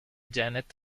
janet